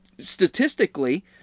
statistically